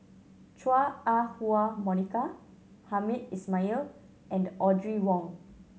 Chua Ah Huwa Monica Hamed Ismail and Audrey Wong